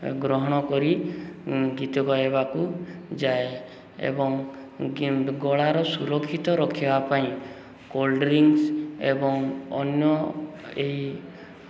ଗ୍ରହଣ କରି ଗୀତ ଗାଇବାକୁ ଯାଏ ଏବଂ ଗଳାର ସୁରକ୍ଷିତ ରଖିବା ପାଇଁ କୋଲ୍ଡ଼ ଡ୍ରିଙ୍କସ ଏବଂ ଅନ୍ୟ ଏଇ